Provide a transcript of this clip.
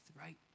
right